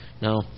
Now